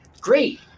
great